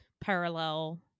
parallel